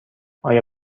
آیا